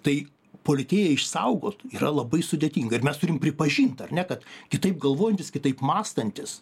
tai politėją išsaugot yra labai sudėtinga ir mes turim pripažint ar ne kad kitaip galvojantys kitaip mąstantys